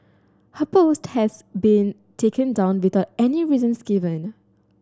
her post has been taken down without any reasons given